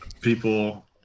people